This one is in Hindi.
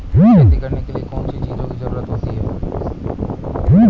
खेती करने के लिए कौनसी चीज़ों की ज़रूरत होती हैं?